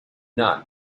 not